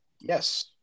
Yes